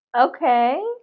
Okay